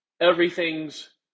Everything's